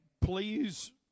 please